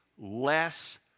less